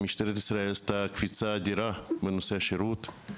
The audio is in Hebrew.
משטרת ישראל עשתה קפיצה אדירה בנושא של איכות השירות.